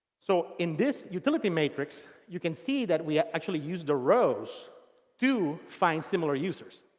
so in this utility matrix, you can see that we actually use the rows to find similar users.